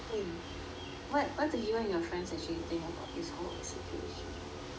what what do you and your friends actually think about this whole situation